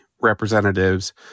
representatives